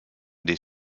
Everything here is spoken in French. des